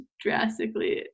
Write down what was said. drastically